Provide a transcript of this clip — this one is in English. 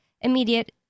immediate